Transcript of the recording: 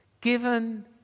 given